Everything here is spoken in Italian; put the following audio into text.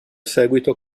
seguito